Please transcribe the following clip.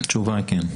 התשובה היא כן.